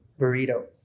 Burrito